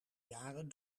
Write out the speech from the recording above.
jaren